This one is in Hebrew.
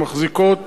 שמחזיקות